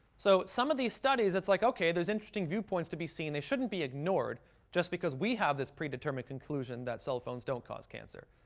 so, some of these studies, it's like ok, there's interesting viewpoints to be seen. they shouldn't be ignored just because we have this predetermined conclusion that cell phones don't cause cancer.